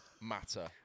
matter